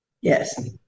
Yes